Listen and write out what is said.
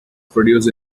produced